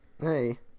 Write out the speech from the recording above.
Hey